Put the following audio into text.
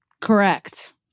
Correct